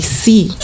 see